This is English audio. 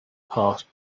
passed